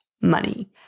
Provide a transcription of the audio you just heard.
money